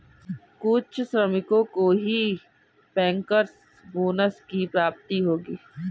कुछ श्रमिकों को ही बैंकर्स बोनस की प्राप्ति होगी